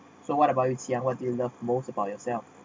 so what about you ziyang what do you love most about yourself